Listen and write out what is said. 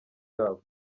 yabo